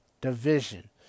division